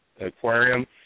aquarium